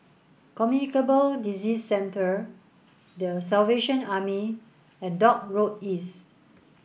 Communicable Disease Centre The Salvation Army and Dock Road East